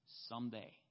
someday